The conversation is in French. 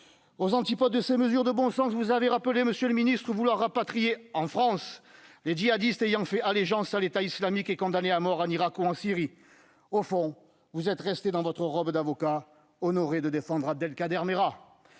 Aux antipodes de ces mesures de bon sens, vous avez rappelé, monsieur le ministre, vouloir rapatrier en France les djihadistes ayant fait allégeance à l'État islamique et ayant été condamnés à mort en Irak ou en Syrie. Au fond, vous êtes resté dans votre robe d'avocat, honoré de défendre Abdelkader Merah.